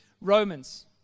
Romans